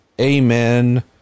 amen